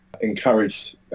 encouraged